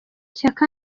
shyaka